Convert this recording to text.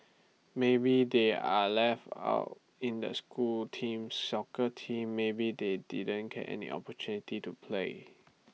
maybe they are left out in the school teams soccer team maybe they didn't get any opportunity to play